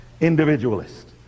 individualist